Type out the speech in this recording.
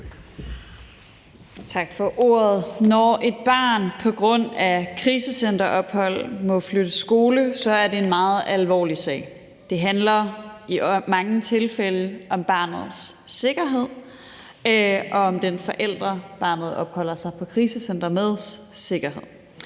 Når et barn på grund af et krisecenterophold må flytte skole, er det en meget alvorlig sag. Det handler i mange tilfælde om barnets sikkerhed og om den forælder, barnet opholder sig på krisecenteret meds, sikkerhed.